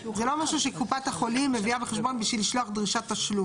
זה לא משהו שקופת החולים מביאה בחשבון כדי לשלוח דרישת תשלום.